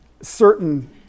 certain